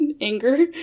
anger